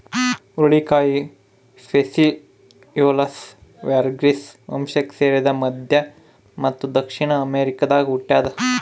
ಹುರುಳಿಕಾಯಿ phaseolus vulgaris ವಂಶಕ್ಕೆ ಸೇರಿದ ಮಧ್ಯ ಮತ್ತು ದಕ್ಷಿಣ ಅಮೆರಿಕಾದಾಗ ಹುಟ್ಯಾದ